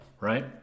right